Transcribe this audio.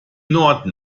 norden